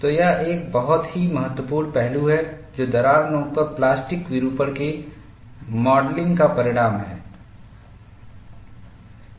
तो यह एक बहुत ही महत्वपूर्ण पहलू है जो दरार नोक पर प्लास्टिक विरूपण के मॉडलिंग का परिणाम है